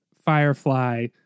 Firefly